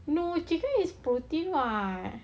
no chicken is protein [what]